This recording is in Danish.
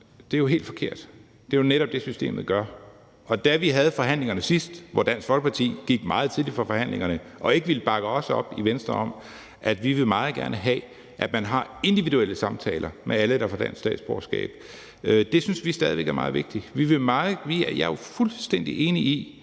er jo helt forkert. Det er jo netop det, systemet gør, og da vi havde forhandlingerne sidst, gik Dansk Folkeparti meget tidligt fra forhandlingerne og ville ikke bakke os i Venstre op i, at vi meget gerne vil have, at man har individuelle samtaler med alle, der får dansk statsborgerskab. Det synes vi stadig væk er meget vigtigt. Jeg er jo fuldstændig enig i,